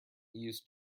use